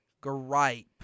gripe